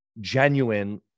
genuine